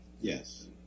yes